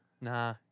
Nah